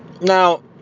Now